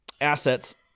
assets